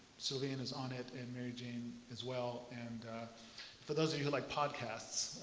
sylviane is on it and mary jane as well. and for those of you who like podcasts,